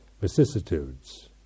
vicissitudes